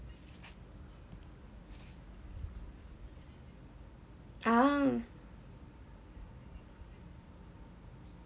um